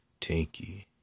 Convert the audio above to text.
Tanky